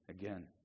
Again